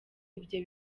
ibyo